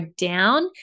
down